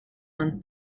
month